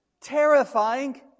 terrifying